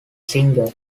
singer